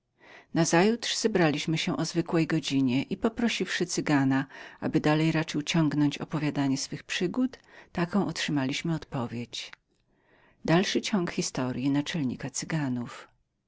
nazajutrz zebraliśmy się o zwykłej godzinie i poprosiwszy cygana aby dalej raczył ciągnąć opowiadanie swych przygód taką otrzymaliśmy odpowiedź